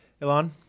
Elon